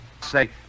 Say